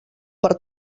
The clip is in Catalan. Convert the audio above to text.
per